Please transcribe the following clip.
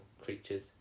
creatures